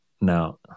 now